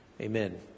amen